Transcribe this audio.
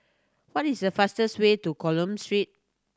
what is the fastest way to Coleman Street